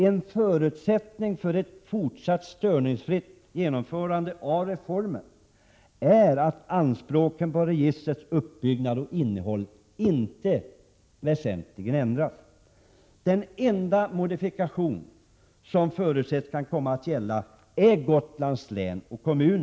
En förutsättning för ett fortsatt störningsfritt genomförande av reformen är att anspråken på registrets uppbyggnad och innehåll inte väsentligen ändras. Den enda modifikation som förutsetts kan komma att gälla Gotlands län och kommun.